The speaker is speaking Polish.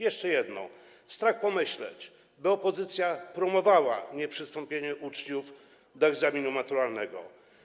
Jeszcze jedno: strach pomyśleć, że opozycja promowałaby nieprzystąpienie uczniów do egzaminu maturalnego.